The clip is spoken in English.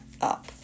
up